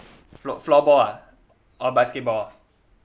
floor~ floorball ah or basketball